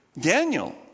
Daniel